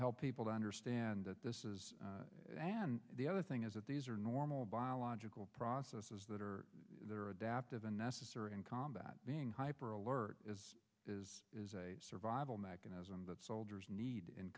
help people to understand that this is the other thing is that these are normal biological processes that are there adaptive unnecessary and combat being hyper alert as is is a survival mechanism that soldiers need in